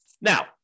Now